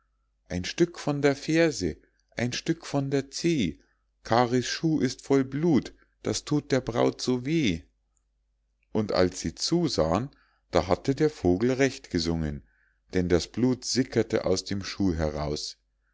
ein stück von der ferse ein stück von der zeh kari's schuh ist voll blut das thut der braut so weh und als sie zusahen da hatte der vogel recht gesungen denn das blut sickerte aus dem schuh heraus